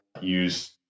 Use